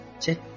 check